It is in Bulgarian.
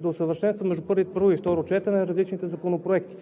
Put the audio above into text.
да усъвършенства между първо и второ четене различните законопроекти.